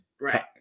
Right